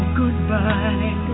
goodbye